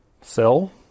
sell